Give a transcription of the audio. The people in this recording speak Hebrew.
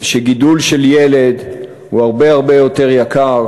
שגידול ילד הוא הרבה הרבה יותר יקר